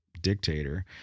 dictator